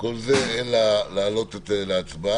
כל זה אלא להעלות את זה להצבעה,